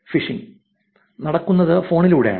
wishing നടക്കുന്നത് ഫോണിലൂടെയാണ്